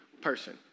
person